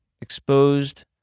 exposed